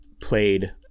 played